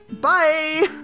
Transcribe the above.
Bye